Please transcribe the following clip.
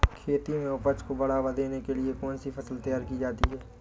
खेती में उपज को बढ़ावा देने के लिए कौन सी फसल तैयार की जा सकती है?